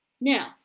Now